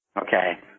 Okay